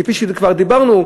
כפי שכבר דיברנו,